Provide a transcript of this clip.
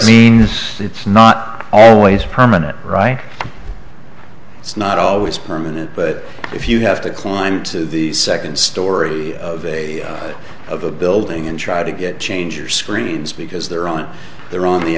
means it's not always permanent right it's not always permanent but if you have to climb to the second story of a building and try to get change or screens because there aren't there on the